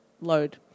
load